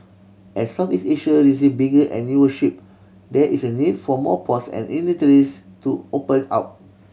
as Southeast Asia receive bigger and newer ship there is a need for more ports and itineraries to open up